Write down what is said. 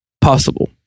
possible